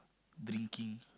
drinking